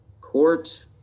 court